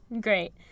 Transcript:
Great